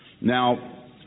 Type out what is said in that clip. Now